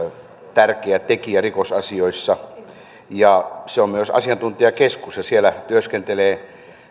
tärkeä tekijä rikosasioissa se on myös asiantuntijakeskus ja siellä työskentelee